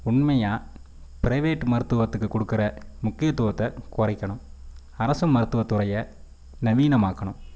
உண்மையாக பிரைவேட் மருத்துவத்துக்கு கொடுக்குற முக்கியத்துவத்தை குறைக்கணும் அரசு மருத்துவத்துறையை நவீனமாக்கணும்